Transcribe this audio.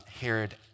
Herod